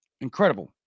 Incredible